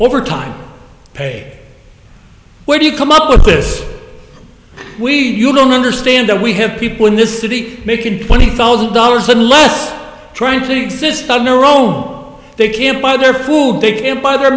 overtime pay where do you come up with this we you don't understand that we have people in this city making twenty thousand dollars and less trying to exist on their own they can't buy their food they can't buy their